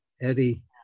Eddie